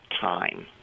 time